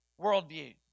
worldview